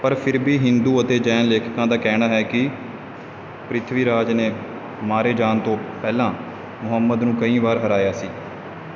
ਪਰ ਫਿਰ ਵੀ ਹਿੰਦੂ ਅਤੇ ਜੈਨ ਲੇਖਕਾਂ ਦਾ ਕਹਿਣਾ ਹੈ ਕਿ ਪ੍ਰਿਥਵੀਰਾਜ ਨੇ ਮਾਰੇ ਜਾਣ ਤੋਂ ਪਹਿਲਾਂ ਮੁਹੰਮਦ ਨੂੰ ਕਈ ਵਾਰ ਹਰਾਇਆ ਸੀ